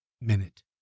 minute